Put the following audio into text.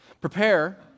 Prepare